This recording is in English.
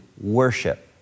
worship